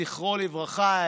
זכרו לברכה.